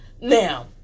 now-